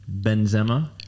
Benzema